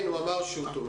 כן, הוא אמר שהוא תומך.